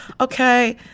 Okay